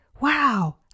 wow